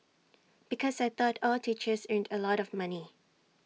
because I thought all teachers earned A lot of money